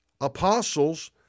apostles